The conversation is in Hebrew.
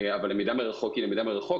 אבל למידה מרחוק היא למידה מרחוק,